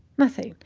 nothing.